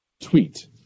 tweet